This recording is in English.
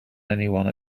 anyone